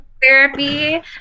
therapy